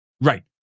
Right